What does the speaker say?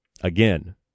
Again